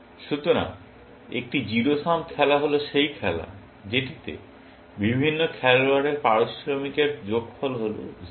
সুতরাং একটি zero sum খেলা হল সেই খেলা যেটিতে বিভিন্ন খেলোয়াড়ের পারিশ্রমিকের যোগফল হল 0